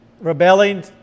rebelling